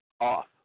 off